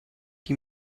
die